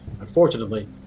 Unfortunately